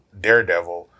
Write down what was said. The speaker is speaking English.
Daredevil